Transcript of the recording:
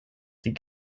die